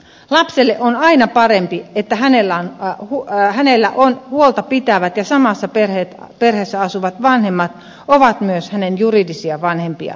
lapselle on aina parempi että hänen huolta pitävät ja samassa perheessä asuvat vanhempansa ovat myös hänen juridisia vanhempiaan